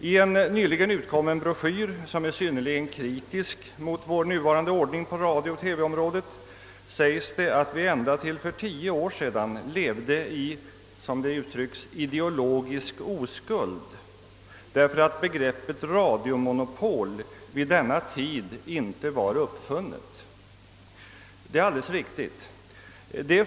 I en nyligen utkommen broschyr, som är synnerligen kritisk mot vår nuvarande ordning på radiooch TV-området, sägs det att vi ända till för tio år sedan levde »i ideologisk oskuld» därför att »begreppet radiomonopol vid denna tid inte var uppfunnet». Det är alldeles riktigt.